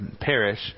perish